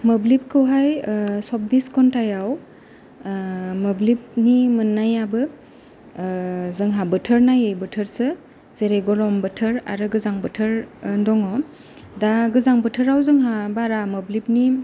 मोब्लिबखौहाय चब्बिस घन्टायाव मोब्लिबनि मोननायाबो जोंहा बोथोर नायै बोथोरसो जेरै गरम बोथोर आरो गोजां बोथोर दङ दा गोजां बोथोराव जोंहा बारा मोब्लिबनि